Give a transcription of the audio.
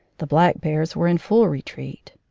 the black bears were in full retreat.